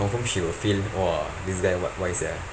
confirm she will feel !wah! this guy what why sia